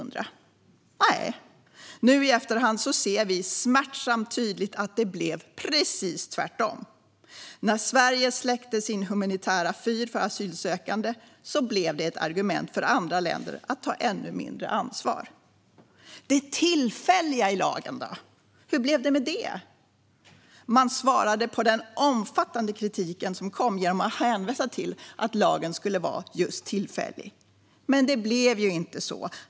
Nej, nu i efterhand ser vi smärtsamt tydligt att det blev precis tvärtom. När Sverige släckte sin humanitära fyr för asylsökande blev det ett argument för andra länder att ta ännu mindre ansvar. Det tillfälliga i lagen då, hur blev det med det? Man svarade på den omfattande kritik som kom genom att hänvisa till att lagen skulle vara just tillfällig. Men det blev ju inte så.